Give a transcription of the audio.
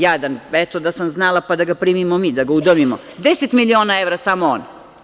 Jadan, eto, da sam znala pa da ga primimo mi, da ga udomimo, 10 miliona evra samo on.